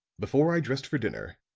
before i dressed for dinner,